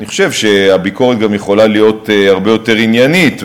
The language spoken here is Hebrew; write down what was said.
אני חושב שהביקורת גם יכולה להיות הרבה יותר עניינית,